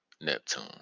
neptune